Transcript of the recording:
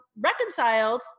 reconciled